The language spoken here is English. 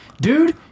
dude